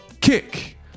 kick